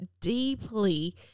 deeply